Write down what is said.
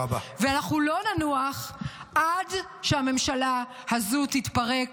ואנחנו לא ננוח עד שהממשלה הזו תתפרק.